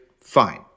Fine